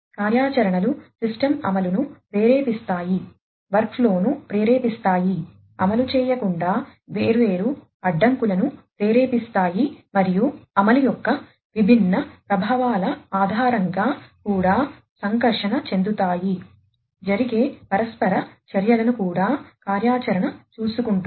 కార్యాచరణలు system అమలును ప్రేరేపిస్తాయి వర్క్ఫ్లోను ప్రేరేపిస్తాయి అమలు చేయకుండా వేర్వేరు అడ్డంకులను ప్రేరేపిస్తాయి మరియు అమలు యొక్క విభిన్న ప్రభావాల ఆధారంగా కూడా సంకర్షణ చెందుతాయి జరిగే పరస్పర చర్యలను కూడా కార్యాచరణ చూసుకుంటుంది